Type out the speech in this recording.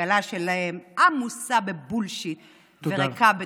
העגלה שלהם עמוסה בבולשיט וריקה מתוכן.